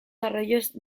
arroyos